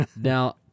Now